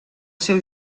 seu